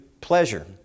pleasure